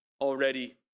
already